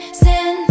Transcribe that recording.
sin